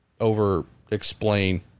over-explain